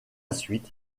suite